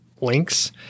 links